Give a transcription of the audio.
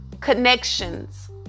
connections